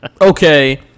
Okay